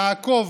לעקוב,